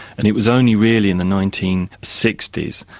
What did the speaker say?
and it was only really in the nineteen sixty s,